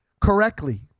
correctly